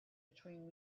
between